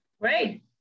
Great